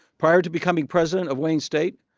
prior to becoming president of wayne state,